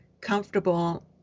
comfortable